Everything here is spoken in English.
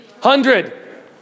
hundred